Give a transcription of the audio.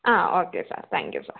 ആ okay sir thank you sir